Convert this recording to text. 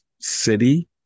city